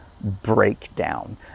breakdown